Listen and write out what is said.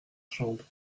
chambre